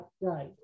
right